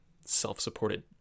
self-supported